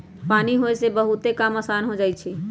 पानी होय से बहुते काम असान हो जाई छई